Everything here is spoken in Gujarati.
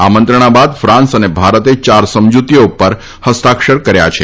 આ મંત્રણા બાદ ફાન્સ અને ભારતે યાર સમજતીઓ ઉપર હસ્તાક્ષર કર્યા છે